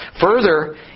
Further